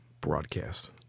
broadcast